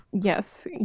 yes